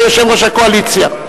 זה יושב-ראש הקואליציה,